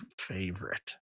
favorite